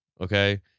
Okay